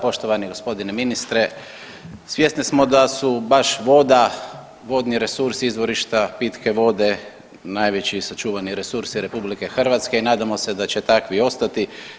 Poštovani gospodine ministre, svjesni smo da su baš voda, vodni resursi izvorišta pitke vode najveći sačuvani resursi RH i nadamo se da će takvi ostati.